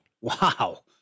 wow